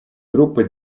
группы